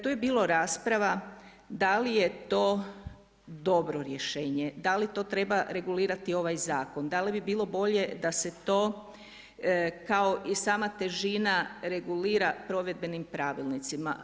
Tu je bilo rasprava da li je to dobro rješenje, da li to treba regulirati ovaj zakon, da li bi bilo bolje da se to kao i sama težina regulira provedbenim pravilnicima.